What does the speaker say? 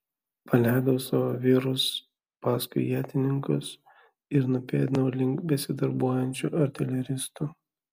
paleidau savo vyrus paskui ietininkus ir nupėdinau link besidarbuojančių artileristų